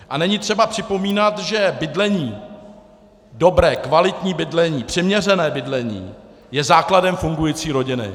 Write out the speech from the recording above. A není třeba připomínat, že bydlení, dobré, kvalitní bydlení, přiměřené bydlení je základem fungující rodiny.